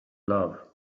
love